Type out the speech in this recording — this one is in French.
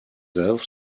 œuvres